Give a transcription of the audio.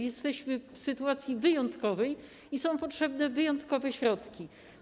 Jesteśmy w sytuacji wyjątkowej i są potrzebne wyjątkowe środki.